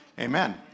Amen